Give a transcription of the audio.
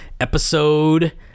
episode